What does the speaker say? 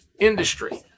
industry